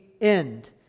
end